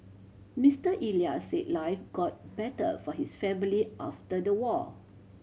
Mister Elias say life got better for his family after the war